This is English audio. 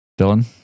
Dylan